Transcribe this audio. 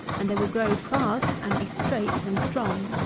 and they will grow fast and be straight and strong.